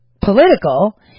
political